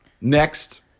next